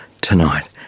tonight